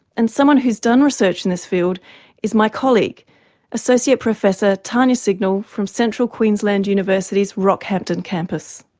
and someone who has done research in this field is my colleague associate professor tania signal from central queensland university's rockhampton campus.